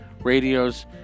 radios